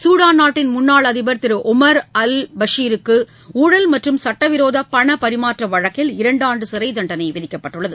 Sudan நாட்டின் முன்னாள் அதிபர் திரு உமர் அல் பஷீருக்கு ஊழல் மற்றும் சட்டவிரோத பணப்பரிமாற்ற வழக்கில் இரண்டாண்டு சிறைத்தண்டனை விதிக்கப்பட்டுள்ளது